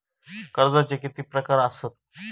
कर्जाचे किती प्रकार असात?